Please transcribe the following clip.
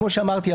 כמו שאמרתי,